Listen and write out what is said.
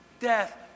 death